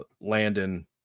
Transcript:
landon